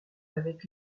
avec